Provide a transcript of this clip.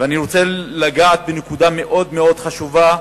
ואני רוצה לגעת בנקודה מאוד מאוד חשובה,